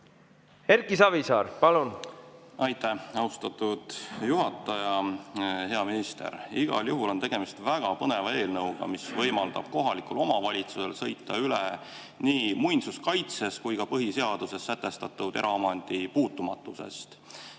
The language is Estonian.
Erki Savisaar, palun! Aitäh, austatud juhataja! Hea minister! Igal juhul on tegemist väga põneva eelnõuga, mis võimaldab kohalikul omavalitsusel sõita üle nii muinsuskaitsest kui ka põhiseaduses sätestatud eraomandi puutumatuse